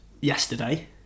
yesterday